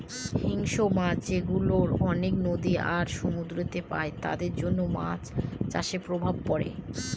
হিংস্র মাছ যেগুলা অনেক নদী আর সমুদ্রেতে পাই তাদের জন্য মাছ চাষের প্রভাব পড়ে